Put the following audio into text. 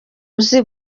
uzi